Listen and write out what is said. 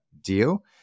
deal